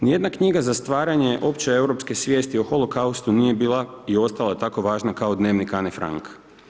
Ni jedna knjiga za stvaranje opće europske svijesti o holokaustu, nije bila i ostala tako važna kao Dnevnik Ane Frank.